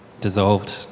dissolved